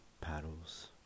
paddles